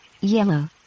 yellow